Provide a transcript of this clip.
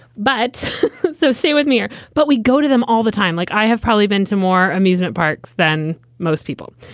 but so stay with me. but we go to them all the time, like i have probably been to more amusement parks than most people.